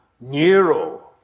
Nero